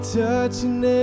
touching